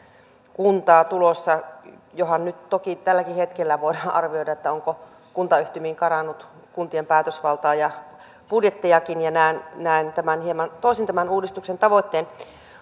kuntaa tulossa johan nyt toki tälläkin hetkellä voidaan arvioida onko kuntayhtymiin karannut kuntien päätösvaltaa ja budjettejakin näen hieman toisin tämän uudistuksen tavoitteen